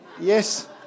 Yes